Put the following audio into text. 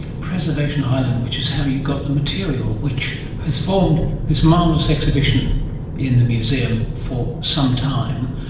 preservation island, which is how you got the material which has formed this marvellous exhibition in the museum for some time.